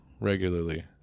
regularly